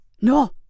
No